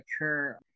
occur